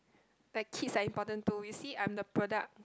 like kids are important too you see I'm the product